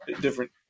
different